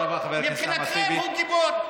מבחינתכם הוא גיבור.